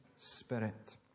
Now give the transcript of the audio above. spirit